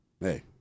Hey